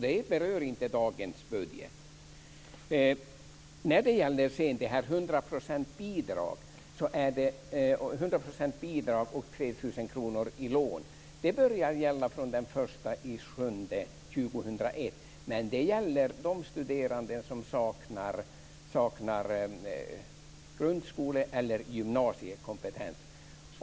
Det berör inte dagens budget. Sedan var det frågan om 100 % bidrag och 3 000 kr i lån. Det börjar gälla den 1 juli 2001. Men det gäller de studerande som saknar grundskole eller gymnasiekompetens.